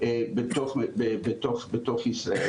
בתוך ישראל,